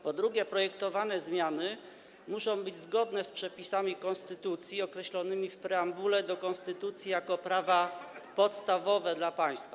Po drugie, projektowane zmiany muszą być zgodne z przepisami konstytucji określonymi w preambule do konstytucji jako prawa podstawowe dla państwa.